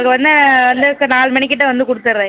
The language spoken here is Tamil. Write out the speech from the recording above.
உடனே வந்து இப்போ நாலு மணிக்கிட்டே வந்து கொடுத்தர்றேன்